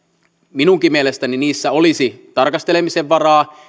minunkin mielestäni niissä olisi tarkastelemisen varaa